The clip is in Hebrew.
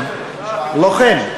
לוחם.